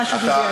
לא,